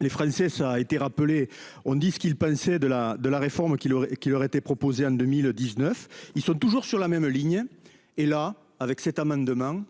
Les Français, ça a été rappelé, on dit ce qu'il pensait de la de la réforme qu'qui leur qui leur été proposé en 2019, ils sont toujours sur la même ligne et là, avec cet amendement,